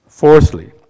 Fourthly